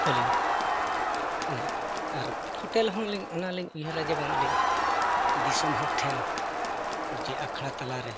ᱛᱟᱹᱞᱤᱧ ᱢᱟᱱᱮ ᱟᱨ ᱯᱷᱳᱴᱮᱞ ᱦᱚᱸ ᱞᱤᱧ ᱚᱱᱟ ᱞᱤᱧ ᱩᱭᱦᱟᱹᱨᱟ ᱡᱮ ᱵᱟᱝ ᱟᱹᱞᱤᱧ ᱫᱤᱥᱚᱢ ᱦᱚᱲ ᱴᱷᱮᱱ ᱡᱮ ᱟᱠᱷᱲᱟ ᱛᱟᱞᱟ ᱨᱮ